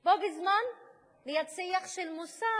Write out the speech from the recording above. בו בזמן ליד שיח של מוסר,